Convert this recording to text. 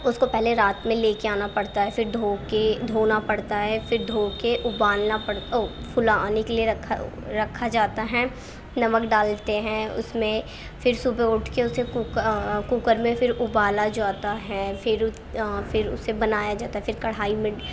اس کو پہلے رات میں لے کے آنا پڑتا ہے پھر دھو کے دھونا پڑتا ہے پھر دھو کے ابالنا پڑتا او پھلانے کے لئے رکھا رکھا جاتا ہے نمک ڈالتے ہیں اس میں پھر صبح اٹھ کے اسے کوک کوکر میں پھر ابالا جاتا ہے پھر پھر اسے بنایا جاتا ہے پھر کڑھائی میں